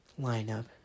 lineup